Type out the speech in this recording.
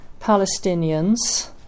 Palestinians